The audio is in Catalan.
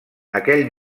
aquell